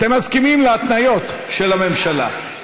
אתם מסכימים להתניות של הממשלה?